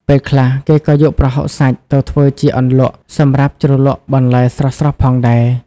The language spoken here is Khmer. ពេលខ្លះគេក៏យកប្រហុកសាច់ទៅធ្វើជា អន្លក់ សម្រាប់ជ្រលក់បន្លែស្រស់ៗផងដែរ។